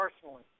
personally